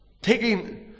Taking